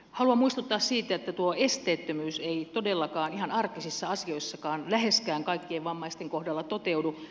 haluan muistuttaa siitä että esteettömyys ei todellakaan ihan arkisissa asioissakaan läheskään kaikkien vammaisten kohdalla toteudu